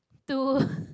two